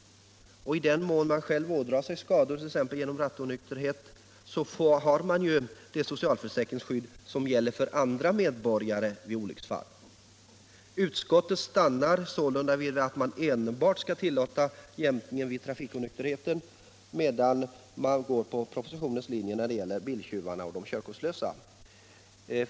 I den mån man 29 ådrar sig skador t.ex. genom rattonykterhet har man det socialförsäkringsskydd som gäller för alla medborgare vid olycksfall. Utskottet har sålunda stannat för att enbart tillåta jämkning vid trafikonykterhet, medan man följt propositionens linje när det gäller biltjuvarna och de körkortslösa.